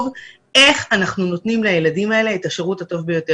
איך אנחנו נותנים לילדים האלה את השירות הטוב ביותר.